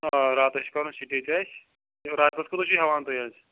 آ راتس چھُ کَرُن سِٹے تہِ اَسہِ راتَس کوٗتاہ چھُو ہٮ۪وان تُہۍ حظ